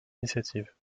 initiative